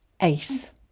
ace